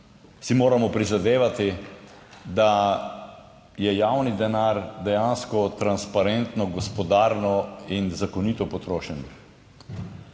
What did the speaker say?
si moramo prizadevati, da je javni denar dejansko transparentno, gospodarno in zakonito potrošen